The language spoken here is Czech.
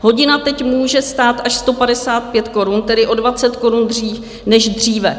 Hodina teď může stát až 155 korun, tedy o 20 korun víc než dříve.